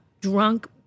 drunk